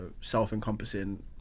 self-encompassing